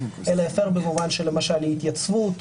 אלא הפר במובן של למשל אי התייצבות,